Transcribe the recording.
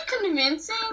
convincing